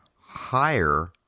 higher